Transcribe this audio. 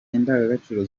indangagaciro